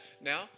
now